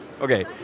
Okay